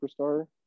superstar